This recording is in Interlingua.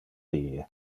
die